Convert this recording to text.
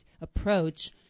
approach